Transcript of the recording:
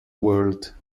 world